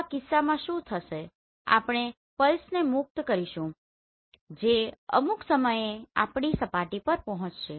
તો આ કિસ્સામાં શું થશેઆપણે પલ્સને મુક્ત કરીશું જે અમુક સમયે આપણી સપાટી પર પહોંચશે